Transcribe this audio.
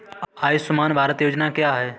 आयुष्मान भारत योजना क्या है?